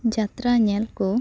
ᱡᱟᱛᱨᱟ ᱧᱮᱞ ᱠᱚ